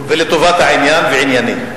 לטובת העניין וענייני.